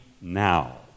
now